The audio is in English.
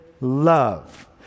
love